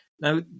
Now